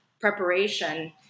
preparation